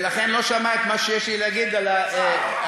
ולכן לא שמע את מה שיש לי להגיד על התאגיד.